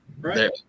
Right